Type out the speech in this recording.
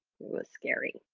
it was scary.